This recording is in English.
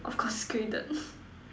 of course graded